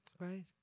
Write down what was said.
right